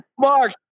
Mark